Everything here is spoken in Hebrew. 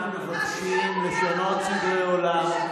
אנחנו מבקשים לשנות סדרי עולם.